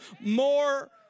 more